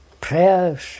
Prayers